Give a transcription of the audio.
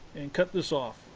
and cut this off.